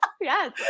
yes